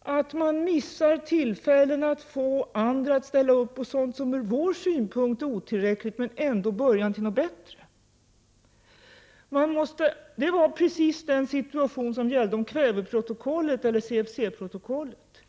att missa tillfällen att få andra att ställa upp på sådant som ur vår synpunkt är otillräckligt men ändå början till något bättre. Det var precis den situation som gällde om kväveprotokollet, eller CFC-protokollet.